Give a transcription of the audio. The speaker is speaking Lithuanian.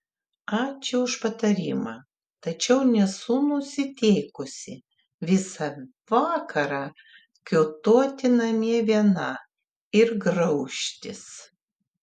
ačiū už patarimą tačiau nesu nusiteikusi visą vakarą kiūtoti namie viena ir graužtis